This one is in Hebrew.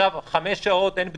בעגה שלנו, וחמש שעות אין בדיקות.